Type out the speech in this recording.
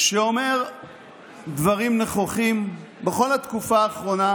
שאומר דברים נכוחים בכל התקופה האחרונה,